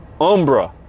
Umbra